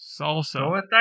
Salsa